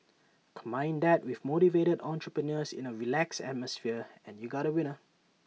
combine that with motivated entrepreneurs in A relaxed atmosphere and you got A winner